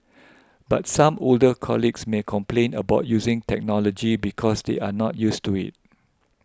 but some older colleagues may complain about using technology because they are not used to it